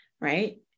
right